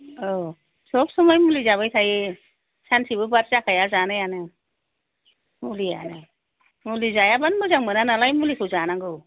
औ सब समय मुलि जाबाय थायो सानसेबो बाद जाखाया जानायानो मुलियानो मुलि जायाबानो मोजां मोनानालाय मुलिखौ जानांगौ